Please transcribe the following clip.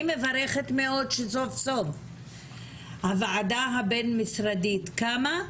אני מברכת מאוד שסוף סוף הוועדה הבין-משרדית קמה,